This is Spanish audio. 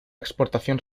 exportación